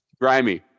grimy